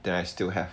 then I still have